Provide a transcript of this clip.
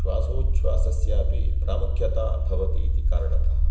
श्वासोछ्वासस्यापि प्रामुख्यता भवति इति कारणतः